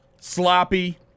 sloppy